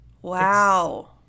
Wow